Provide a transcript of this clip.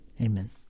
Amen